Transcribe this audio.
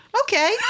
Okay